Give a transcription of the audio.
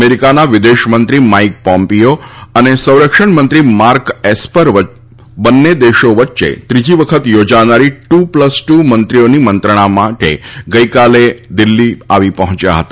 અમેરીકાના વિદેશમંત્રી Mike Pompeo અને સંરક્ષણમંત્રી માર્ક એસ્પર બંન્ને દેશો વચ્ચે ત્રીજી વખત યોજાનારી ટ્ર પ્લસ ટ્ર મંત્રીઓની મંત્રણા માટે ગઈકાલે બપોરે દિલ્ફી આવી પહોંચ્યા હતા